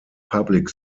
public